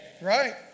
Right